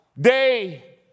day